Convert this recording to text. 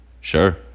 Sure